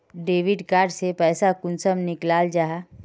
Debit card से पैसा कुंसम निकलाल जाहा?